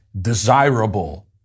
desirable